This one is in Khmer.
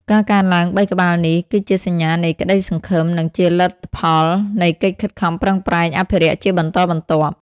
ការកើនឡើង ៣ ក្បាលនេះ គឺជាសញ្ញានៃក្តីសង្ឃឹម និងជាលទ្ធផលនៃកិច្ចខិតខំប្រឹងប្រែងអភិរក្សជាបន្តបន្ទាប់។